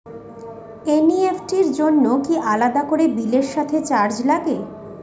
NEFT র জন্য কি আলাদা করে বিলের সাথে চার্জ লাগে?